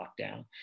lockdown